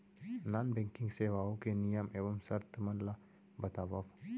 non banking सेवाओं के नियम एवं शर्त मन ला बतावव